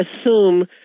assume